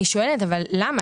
אני שואלת אבל למה?